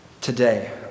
Today